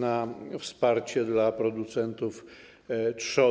oraz wsparcie producentów trzody.